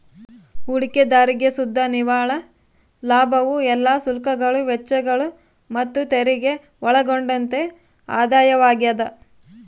ಹೂಡಿಕೆದಾರ್ರಿಗೆ ಶುದ್ಧ ನಿವ್ವಳ ಲಾಭವು ಎಲ್ಲಾ ಶುಲ್ಕಗಳು ವೆಚ್ಚಗಳು ಮತ್ತುತೆರಿಗೆ ಒಳಗೊಂಡಂತೆ ಆದಾಯವಾಗ್ಯದ